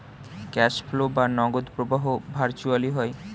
cash flow বা নগদ প্রবাহ ভার্চুয়ালি হয়